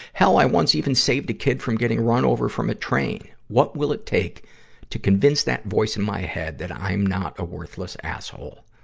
hell, i once even saved a kid from getting run over from a train. what will it take to convince that voice in my head that i'm not a worthless asshole?